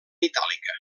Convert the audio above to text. itàlica